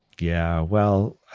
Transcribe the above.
yeah. well,